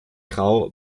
grau